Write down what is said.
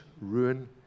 ruin